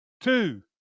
two